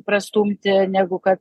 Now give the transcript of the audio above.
prastumti negu kad